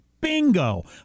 bingo